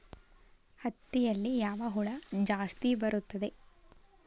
ಹತ್ತಿಯಲ್ಲಿ ಯಾವ ಹುಳ ಜಾಸ್ತಿ ಬರುತ್ತದೆ?